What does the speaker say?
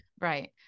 right